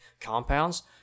compounds